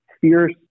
fierce